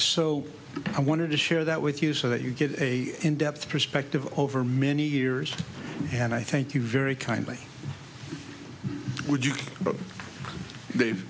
so i wanted to share that with you so that you get a in depth perspective over many years and i thank you very kindly would you